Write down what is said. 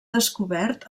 descobert